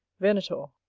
venator.